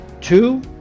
Two